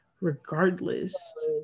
regardless